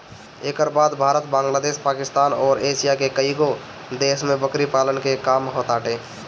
एकरी बाद भारत, बांग्लादेश, पाकिस्तान अउरी एशिया के कईगो देश में बकरी पालन के काम होताटे